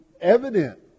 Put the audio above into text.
evident